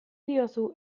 diozu